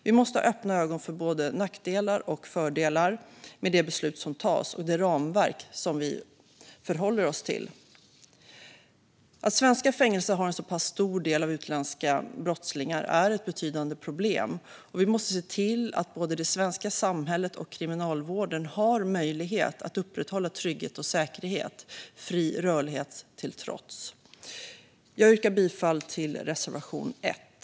Vi måste ha ögonen öppna för både nackdelar och fördelar med de beslut som fattas och de ramverk som vi förhåller oss till. Att svenska fängelser har en så pass stor andel utländska brottslingar är ett betydande problem, och vi måste se till att både det svenska samhället och Kriminalvården har möjlighet att upprätthålla trygghet och säkerhet - fri rörlighet till trots. Jag yrkar bifall till reservation 1.